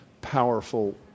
powerful